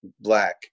black